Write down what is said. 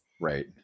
right